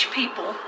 people